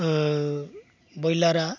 ओ ब्रयलारा